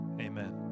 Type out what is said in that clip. amen